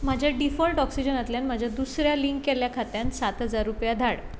म्हजें डिफॉल्ट ऑक्सिजनांतल्यान म्हज्या दुसऱ्या लींक केल्ल्या खात्यांत सात हजार रुपया धाड